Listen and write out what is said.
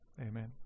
Amen